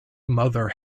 mother